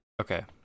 Okay